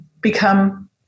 become